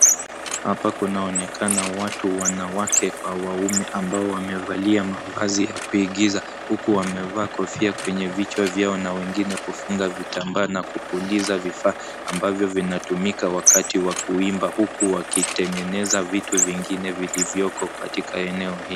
Hapa kunaonekana watu wanawake kwa wanaume ambao wamevalia mavazi ya kuigiza huku wamevaa kofia kwenye vichwa vyao na wengine kufunga vitambaa na kupuliza vifaa ambazo zinatumika wakati wa kuimba huku wakiitengeneza vitu vingine vilivyoko katika eneo hii.